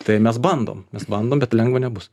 tai mes bandom mes bandom bet lengva nebus